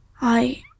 I